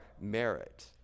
merit